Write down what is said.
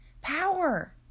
power